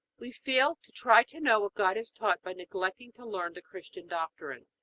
we fail to try to know what god has taught by neglecting to learn the christian doctrine.